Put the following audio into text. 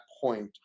point